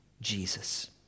Jesus